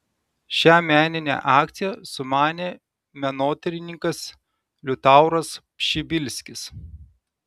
šią meninę akciją sumanė menotyrininkas liutauras pšibilskis